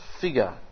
figure